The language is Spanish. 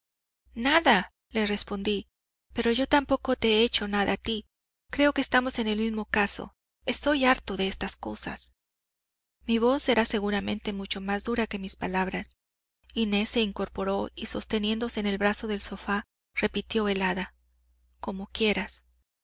nada le respondí pero yo tampoco te he hecho nada a ti creo que estamos en el mismo caso estoy harto de estas cosas mi voz era seguramente mucho más dura que mis palabras inés se incorporó y sosteniéndose en el brazo del sofá repitió helada como quieras